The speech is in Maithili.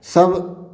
सब